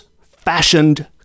fashioned